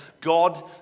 God